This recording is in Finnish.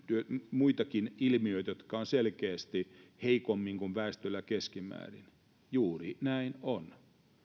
muitakin ilmiöitä jotka ovat selkeästi heikommin kuin väestöllä keskimäärin juuri näin on